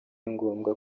ngombwa